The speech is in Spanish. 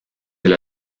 del